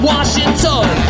Washington